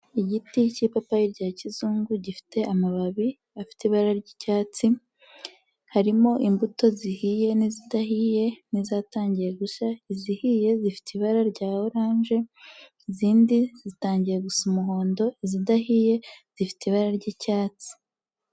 Igiti cy'ipapayi rya kizungu gifite amababi afite ibara ry'icyatsi. harimo imbuto zihiye n'izidahiye n'izatangiye gushya; izihiye zifite ibara rya oranje, izindi zitangiye gusa umuhondo, izidahiye zifite ibara ry'icyatsi.